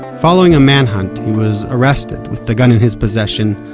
following a manhunt, he was arrested with the gun in his possession,